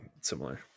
similar